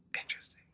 Interesting